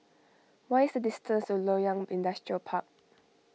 what is the distance to Loyang Industrial Park